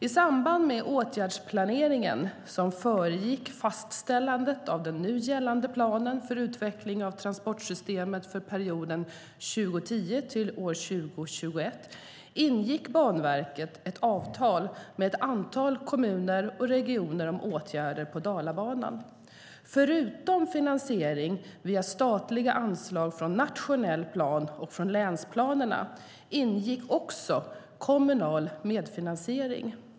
I samband med åtgärdsplaneringen som föregick fastställandet av den nu gällande planen för utveckling av transportsystemet för perioden 2010-2021 ingick Banverket ett avtal med ett antal kommuner och regioner om åtgärder på Dalabanan. Förutom finansiering via statliga anslag från nationell plan och från länsplanerna ingick kommunal medfinansiering.